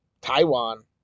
Taiwan